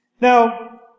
Now